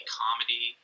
comedy